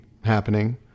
happening